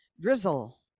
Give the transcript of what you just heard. Drizzle